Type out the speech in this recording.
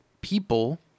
people